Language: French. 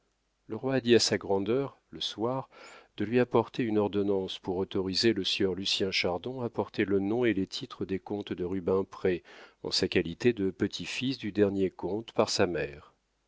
le roi a dit à sa grandeur le soir de lui apporter une ordonnance pour autoriser le sieur lucien chardon à porter le nom et les titres des comtes de rubempré en sa qualité de petit-fils du dernier comte par sa mère